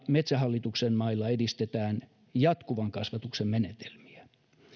metsähallituksen mailla edistetään jatkuvan kasvatuksen menetelmiä